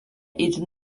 itin